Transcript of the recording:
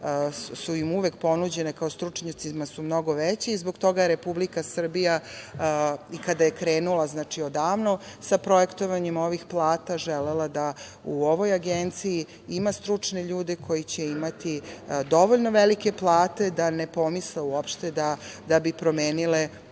su im uvek ponuđene kao stručnjacima su mnogo veće i zbog toga je Republika Srbija, i kada je krenula odavno sa projektovanjem ovih plata, želela da u ovoj Agenciji ima stručne ljude koji će imati dovoljno velike plate da ne pomisle uopšte da bi promenile